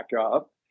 up